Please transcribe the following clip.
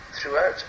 throughout